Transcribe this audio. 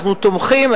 אנחנו תומכים,